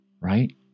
right